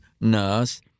nurse